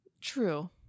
True